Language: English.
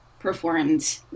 performed